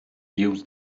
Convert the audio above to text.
use